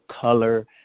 color